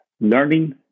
learning